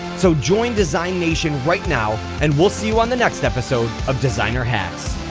so join design nation right now and we'll see you on the next episode of designer hacks!